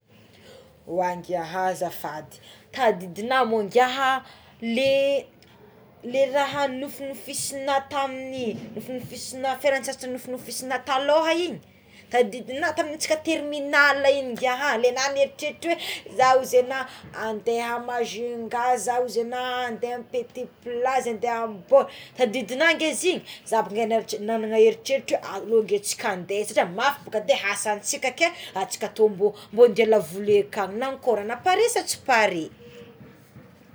Oa ngia azafady tadidignao moa ngia le le raha nofinofisina tamign'igny nofinofisina fialan-tsasatra nofisinofina taloha igny tadidinao tamintsika terminale ngia le ana eritreritra oé zaho ozy egnao andeha Majunga ozy egnao andeha petit plazy ndeha am bord tadidinao nge izy igny najy nanana eritreritra alo ngia tsika andea satria maro boka le asantsika ake atsika to mbô mbô ande hialavoly akagny mankory ana pare sa tsy pare.